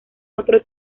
otro